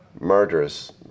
murderous